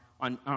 on